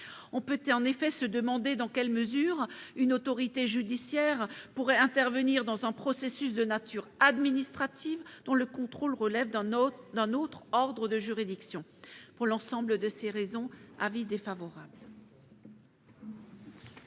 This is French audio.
On peut en effet se demander dans quelle mesure une autorité judiciaire pourrait intervenir dans un processus de nature administrative, dont le contrôle relève d'un autre ordre de juridiction. Pour l'ensemble de ces raisons, la